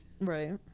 Right